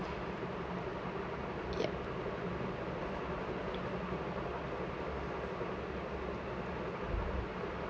ya